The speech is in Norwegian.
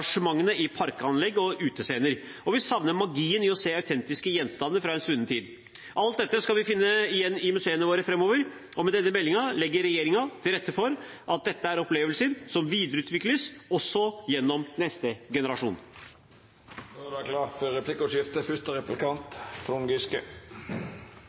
i parkanlegg og på utescener, og vi savner magien i å se autentiske gjenstander fra en svunnen tid. Alt dette skal vi finne igjen i museene våre framover. Med denne meldingen legger regjeringen til rette for at dette er opplevelser som videreutvikles også gjennom neste generasjon. Det vert replikkordskifte. Jeg takker statsråden for